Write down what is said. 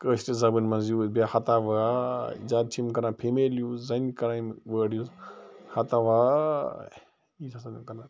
کٲشرِ زبٲنۍ منٛز یوٗز بیٚیہِ ہتا واے زیادٕ چھِ یِم کران فیٖمیل یوٗز زَنہِ کران یِم وٲرڈ یوٗز ہتا واے یی چھِ آسان تِم کران